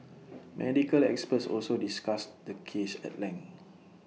medical experts also discussed the case at length